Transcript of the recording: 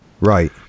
Right